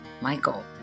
Michael